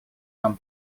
нам